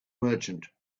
merchant